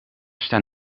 staan